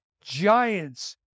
giants